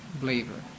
believer